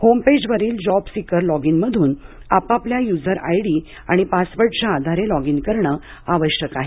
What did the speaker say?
होमपेजवरील job seeker लॉगिनमधून आपापल्या user ID आणि पासवर्डच्या आधारे लॉगिन करणे आवश्यक आहे